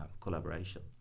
collaboration